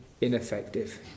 ineffective